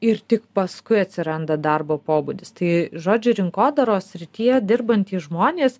ir tik paskui atsiranda darbo pobūdis tai žodžiu rinkodaros srityje dirbantys žmonės